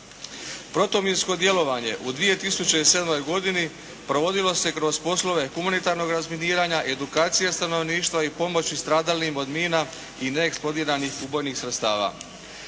Prutominsko djelovanje u 2007. godini provodilo se kroz poslove humanitarnog razminiranja, edukacije stanovništva i pomoći stradalim od mina i neeksplodiranih ubojnih sredstava.